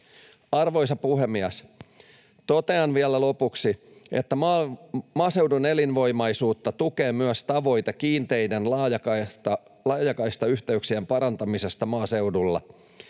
Arvoisa puhemies! Totean vielä lopuksi, että maaseudun elinvoimaisuutta tukee myös tavoite kiinteiden laajakaistayhteyksien parantamisesta maaseudulla.